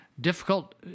difficult